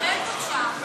תרד בבקשה.